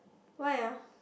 why ah